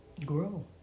grow